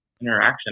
interaction